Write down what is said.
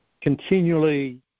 continually